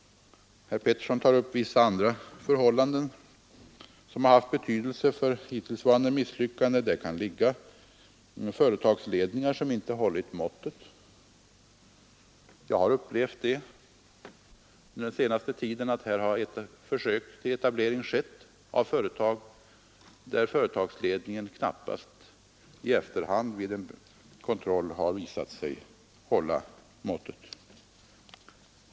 Herr Petersson tar upp vissa andra förhållanden som har varit av betydelse för de misslyckade försök som gjorts, och det kan ha funnits företagsledningar som inte har hållit måttet. Jag har under den senaste tiden upplevt att det har gjorts försök till etablering av företag, där företagsledningen vid en kontroll i efterhand knappast har visat sig hålla måttet.